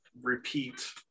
repeat